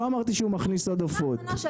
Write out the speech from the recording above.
לא אמרתי שהוא מכניס עוד עופות.